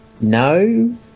no